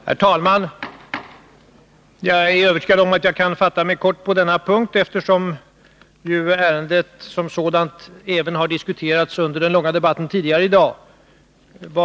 Herr talman! Jag är övertygad om att jag kan fatta mig kort på denna punkt, eftersom ärendet som sådant har diskuterats under den långa debatten tidigare i dag.